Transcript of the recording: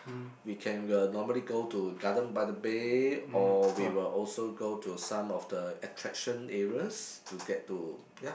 we can uh normally go to garden by the bay or we will also go to some of the attraction areas to get to